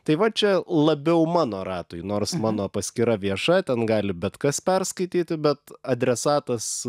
tai va čia labiau mano ratui nors mano paskyra vieša ten gali bet kas perskaityti bet adresatas